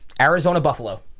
Arizona-Buffalo